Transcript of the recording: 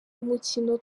umukino